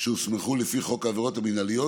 שהוסמכו לפי חוק העבירות המינהליות,